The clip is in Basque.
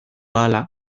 ahala